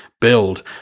build